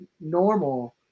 normal